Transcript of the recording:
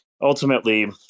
ultimately